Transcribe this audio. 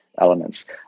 elements